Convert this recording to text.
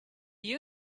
you